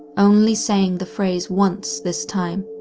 only saying the phrase once this time.